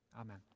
Amen